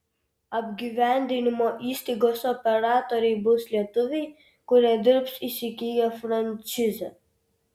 apgyvendinimo įstaigos operatoriai bus lietuviai kurie dirbs įsigiję frančizę